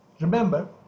remember